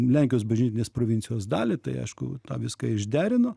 lenkijos bažnytinės provincijos dalį tai aišku viską išderino